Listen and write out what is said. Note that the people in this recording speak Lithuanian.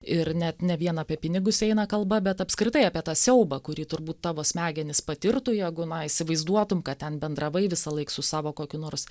ir net ne vien apie pinigus eina kalba bet apskritai apie tą siaubą kurį turbūt tavo smegenys patirtų jeigu na įsivaizduotum kad ten bendravai visąlaik su savo kokiu nors